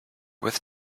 with